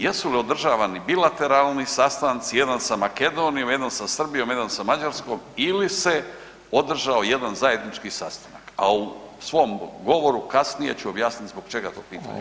Jesu li održavani bilateralni sastanci, jedan sa Makedonijom, jedan sa Srbijom, jedan sa Mađarskom ili se održao jedan zajednički sastanak a u svom govoru kasnije ću objasniti zbog čega to pitanje postavljam.